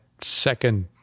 second